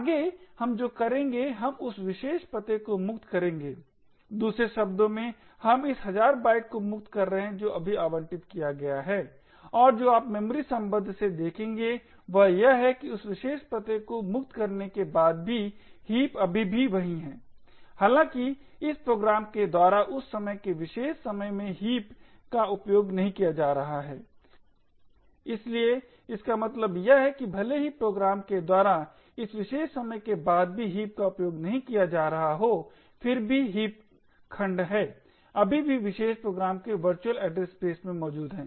आगे हम जो करेंगे हम उस विशेष पते को मुक्त करेंगे दूसरे शब्दों में हम इस हजार बाइट को मुक्त कर रहे हैं जो अभी आवंटित किया गया है और जो आप मेमोरी सम्बद्ध से देखेंगे वह यह है कि उस विशेष पते को मुक्त करने के बाद भी हीप अभी भी वही है हालांकि इस प्रोग्राम के द्वारा इस समय के विशेष समय में हीप का उपयोग नहीं किया जा रहा है इसलिए इसका मतलब यह है कि भले ही प्रोग्राम के द्वारा इस विशेष समय के बाद भी हीप का उपयोग नहीं किया जा रहा हो फिर भी हीप खंड है अभी भी विशेष प्रोग्राम के वर्चुअल एड्रेस स्पेस में मौजूद है